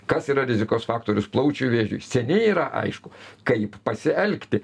kas yra rizikos faktorius plaučių vėžiui seniai yra aišku kaip pasielgti